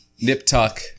nip-tuck